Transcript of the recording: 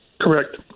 correct